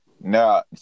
Now